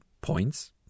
points